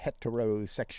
heterosexual